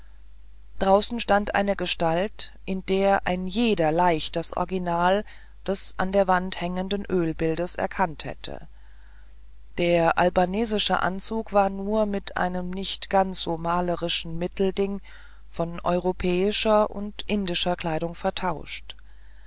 draußen stand eine gestalt in der ein jeder leicht das original des an der wand hängenden ölbildes erkannt hätte der albanesische anzug war nur mit einem nicht ganz so malerischen mittelding von europäischer und indischer kleidung vertauscht